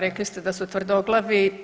Rekli ste da su tvrdoglavi.